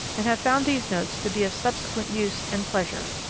and have found these notes to be of subsequent use and pleasure.